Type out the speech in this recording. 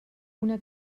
una